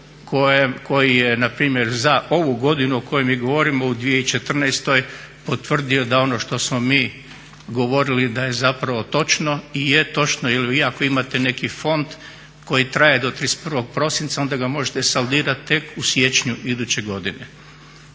koji je npr. za ovu godinu o kojoj mi govorimo u 2014.potvrdio da ono što smo mi govorili da je zapravo točno i je točno jel vi ako imate neki fond koji traje do 31.prosinca onda ga možete saldirati tek u siječnju iduće godine.